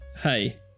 hey